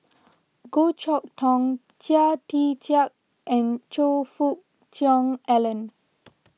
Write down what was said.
Goh Chok Tong Chia Tee Chiak and Choe Fook Cheong Alan